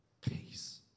peace